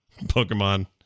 Pokemon